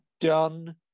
done